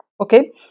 okay